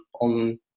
on